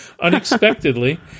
unexpectedly